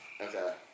Okay